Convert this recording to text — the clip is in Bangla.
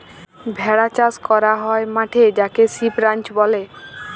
ভেড়া চাস ক্যরা হ্যয় মাঠে যাকে সিপ রাঞ্চ ব্যলে